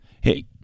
Hey